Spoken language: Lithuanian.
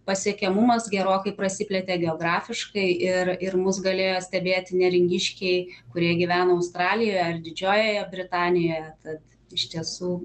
pasiekiamumas gerokai prasiplėtė geografiškai ir ir mus galėjo stebėti neringiškiai kurie gyveno australijoje ar didžiojoje britanijoje tad iš tiesų